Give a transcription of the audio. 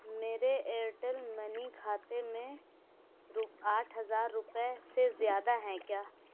میرے Airtel money کھاتے میں رو آٹھ ہزار روپئے سے زیادہ ہیں کیا